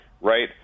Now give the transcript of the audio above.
right